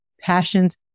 passions